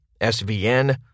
SVN